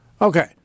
Okay